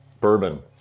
bourbon